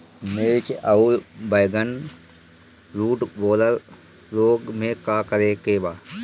मिर्च आउर बैगन रुटबोरर रोग में का करे के बा?